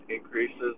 increases